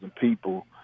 people